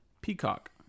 Peacock